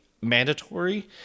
mandatory